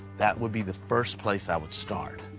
that would be the first place i would start.